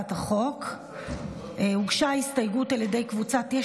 להצעת החוק הוגשה הסתייגות על ידי קבוצת יש